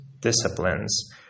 disciplines